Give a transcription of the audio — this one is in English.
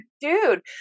dude